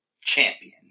Champion